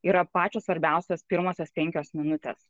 yra pačios svarbiausios pirmosios penkios minutės